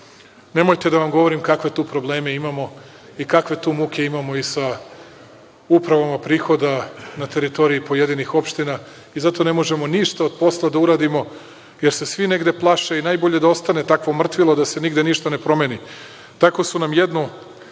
Nemojte da vam govorim kakve tu probleme imamo i kakve tu muke imamo i sa upravama prihoda na teritoriji pojedinih opština. Zato ne možemo ništa od posla da uradimo jer se svi negde plaše i najbolje je da ostane takvo mrtvilo i da se nigde ništa ne promeni. Tako su nam jednu